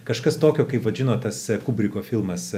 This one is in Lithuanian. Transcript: kažkas tokio kaip vadinot tas kubriko filmas